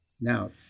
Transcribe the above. Now